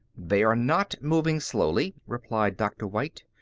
they are not moving slowly, replied dr. white.